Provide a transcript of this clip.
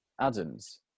Adams